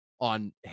on